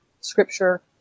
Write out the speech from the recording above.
scripture